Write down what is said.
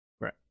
Right